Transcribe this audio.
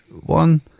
one